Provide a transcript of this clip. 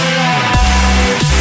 Alive